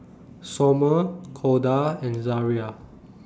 Sommer Corda and Zariah